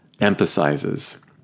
emphasizes